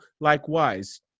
likewise